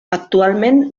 actualment